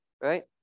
right